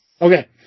Okay